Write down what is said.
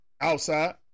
outside